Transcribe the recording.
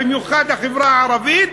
במיוחד החברה הערבית,